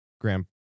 grand